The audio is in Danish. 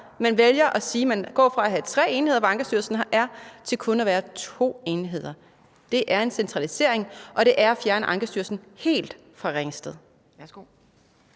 Man vælger at sige, at man går fra at have tre enheder, hvor Ankestyrelsen er, til kun at have to enheder. Det er en centralisering, og det er at fjerne Ankestyrelsen helt fra Ringsted.